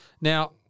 Now